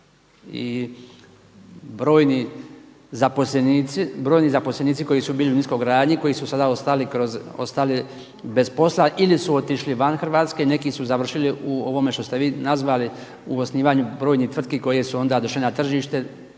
I brojni zaposlenici koji su bili u niskogradnji koji su sada ostali bez posla ili su otišli van Hrvatske, neki su završili u ovome što ste vi nazvali u osnivanju brojnih tvrtki koje su onda došle na tržište